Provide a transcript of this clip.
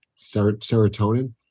serotonin